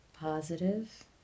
positive